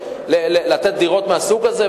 לתת דירות מהסוג הזה?